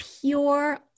pure